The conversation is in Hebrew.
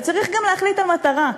וצריך גם להחליט על מטרה.